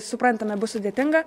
suprantama bus sudėtinga